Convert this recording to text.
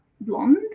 blonde